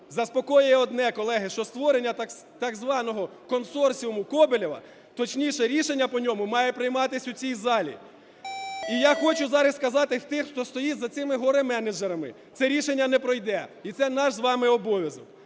Заспокоює одне, колеги, що створення так званого консорціуму Коболєва, точніше, рішення по ньому має приймаєтьсь у цій залі. І я хочу зараз сказати тим, хто стоїть за цими горе-менеджерами: "Це рішення не пройде! І це наш з вами обов'язок".